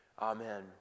Amen